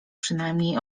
przynajmniej